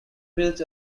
bills